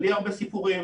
בלי הרבה סיפורים,